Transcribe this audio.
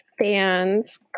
fans